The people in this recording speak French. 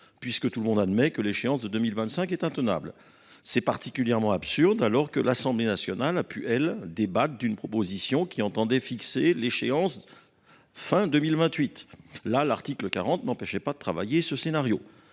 puisque tout le monde admet que l’échéance de 2025 est intenable ! C’est particulièrement absurde alors que l’Assemblée nationale a pu, quant à elle, débattre d’une proposition qui tendait à fixer l’échéance à fin de 2028. L’article 40 n’a pas empêché d’examiner ce scénario